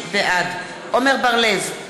בעד עמר בר-לב,